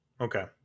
Okay